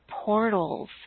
portals